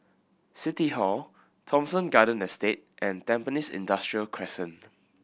City Hall Thomson Garden Estate and Tampines Industrial Crescent